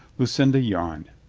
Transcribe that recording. lucinda yawned.